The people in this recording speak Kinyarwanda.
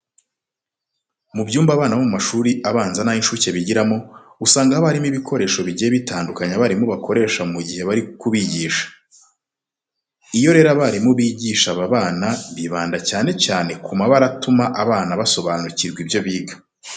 Mu byumba abana bo mu mashuri abanza n'ay'incuke bigiramo, usanga haba harimo ibikoresho bigiye bitandukanye abarimu bakoresha mu gihe bari kubigisha. Iyo rero abarimu bigisha aba bana bibanda cyane cyane ku mabara atuma abana basobanukirwa ibyo biga.